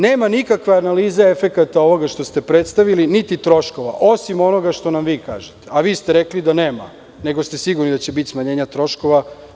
Nema nikakve analize efekta ovog što ste predstavili, niti troškova, osim onoga što nam vi kažete, a vi ste rekli da nema, nego ste sigurno da će biti smanjenje troškova.